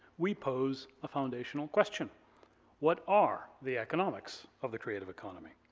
we pose a foundational question what are the economics of the creative economy?